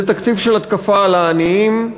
זה תקציב של התקפה על העניים.